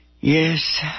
Yes